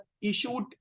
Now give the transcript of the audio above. issued